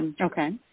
Okay